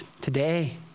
today